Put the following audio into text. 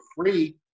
free